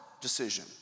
decision